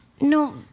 no